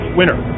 winner